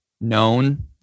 known